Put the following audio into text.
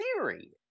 theory